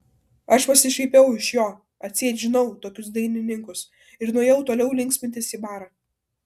aš pasišaipiau iš jo atseit žinau tokius dainininkus ir nuėjau toliau linksmintis į barą